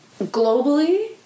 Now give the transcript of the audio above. Globally